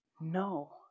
no